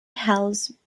house